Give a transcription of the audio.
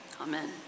Amen